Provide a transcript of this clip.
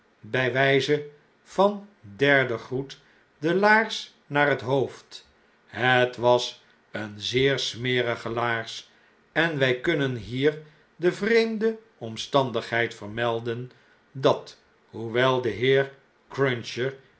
by wijzen van derden groet de laars naar het hoofd het was een zeer smerige laars en wij kunnen hier de vreemde omstandigheid vermelden dat hoewel de heer cruncher